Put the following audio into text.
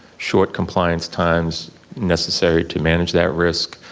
short compliance times necessary to manage that risk,